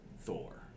Thor